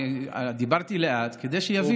דיברתי לאט כדי שיבינו.